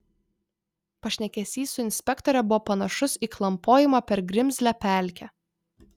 pašnekesys su inspektore buvo panašus į klampojimą per grimzlią pelkę